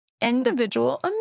individual